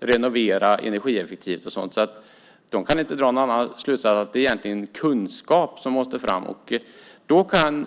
renovera energieffektivt. De kan inte dra någon annan slutsats än att det egentligen är kunskap som måste fram.